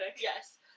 Yes